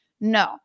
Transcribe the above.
No